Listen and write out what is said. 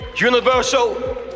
universal